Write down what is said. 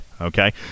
Okay